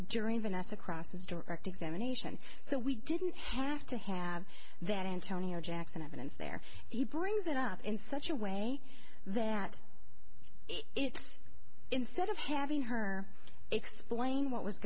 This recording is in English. examination so we didn't have to have that antonio jackson evidence there he brings it up in such a way that it's instead of having her explain what was